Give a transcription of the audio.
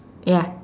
ya